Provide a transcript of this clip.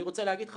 אני רוצה לומר לך,